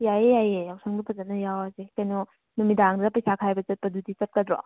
ꯌꯥꯏꯌꯦ ꯌꯥꯏꯌꯦ ꯌꯥꯎꯁꯪꯗꯣ ꯐꯖꯟꯅ ꯌꯥꯎꯔꯁꯤ ꯀꯩꯅꯣ ꯅꯨꯃꯤꯗꯥꯡꯗꯒ ꯄꯩꯁꯥ ꯈꯥꯏꯕ ꯆꯠꯄꯗꯨꯗꯤ ꯆꯠꯀꯗ꯭ꯔꯣ